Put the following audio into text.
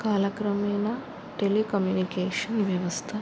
కాలక్రమేణా టెలికమ్యూనికేషన్ వ్యవస్థ